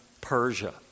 Persia